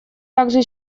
также